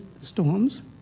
storms